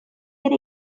ere